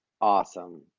awesome